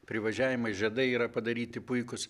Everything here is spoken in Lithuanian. privažiavimai žiedai yra padaryti puikūs